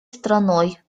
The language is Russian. страной